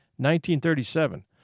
1937